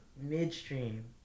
midstream